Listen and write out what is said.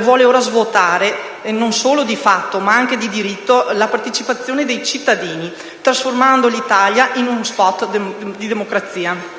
vuole ora svuotare, non solo di fatto ma anche di diritto, la partecipazione dei cittadini, trasformando l'Italia in una *post* democrazia.